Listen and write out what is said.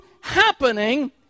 happening